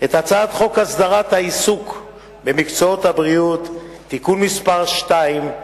את הצעת חוק הסדרת העיסוק במקצועות הבריאות (תיקון מס' 2),